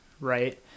right